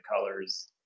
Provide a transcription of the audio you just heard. colors